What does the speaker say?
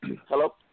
Hello